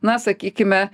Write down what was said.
na sakykime